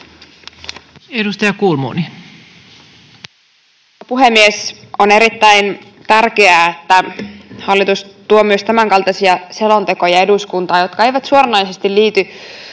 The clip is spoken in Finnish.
edistyessä. Arvoisa puhemies! On erittäin tärkeää, että hallitus tuo eduskuntaan myös tämänkaltaisia selontekoja, jotka eivät suoranaisesti liity